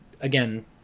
Again